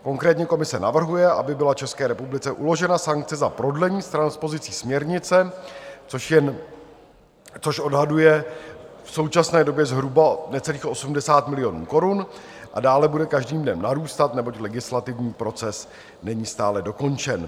Konkrétně komise navrhuje, aby byla České republice uložena sankce za prodlení s transpozicí směrnice, což odhaduje v současné době zhruba na necelých 80 milionů korun, a dále bude každým dnem narůstat, neboť legislativní proces není stále dokončen.